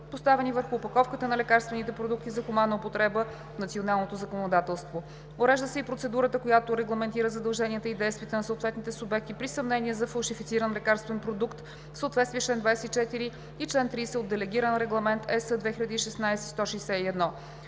поставени върху опаковката на лекарствените продукти за хуманна употреба в националното законодателство. Урежда се и процедура, която регламентира задълженията и действията на съответните субекти при съмнение за фалшифициран лекарствен продукт в съответствие с чл. 24 и чл. 30 от Делегиран регламент (ЕС) 2016/161.